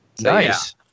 Nice